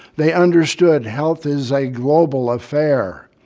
they understood health is a global affair,